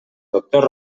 doctor